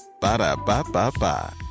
Ba-da-ba-ba-ba